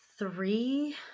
three